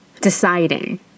deciding